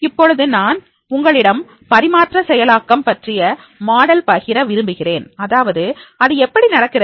இப்பொழுது நான் உங்களுடன் பரிமாற்றம் செயலாக்கம் பற்றிய மாடல் பகிர விரும்புகிறேன் அதாவது அது எப்படி நடக்கிறது